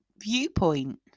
viewpoint